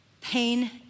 pain